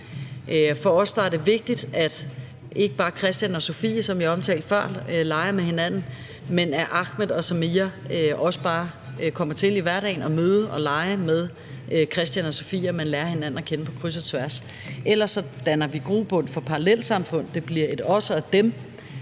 For os er det vigtigt, at ikke bare Christian og Sofie, som jeg omtalte før, leger med hinanden, men at Ahmed og Samir også bare kommer til i hverdagen at møde og lege med Christian og Sofie, altså så man lærer hinanden at kende på kryds og tværs. Ellers danner vi grobund for parallelsamfund; det bliver et os og et dem,